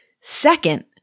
Second